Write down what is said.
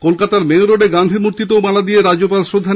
কলকাতার মেয়ো রোডে গান্ধী মূর্তিতেও মালা দিয়ে রাজ্যপাল শ্রদ্ধা জানান